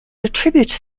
attributes